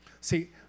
See